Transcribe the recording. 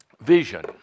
Vision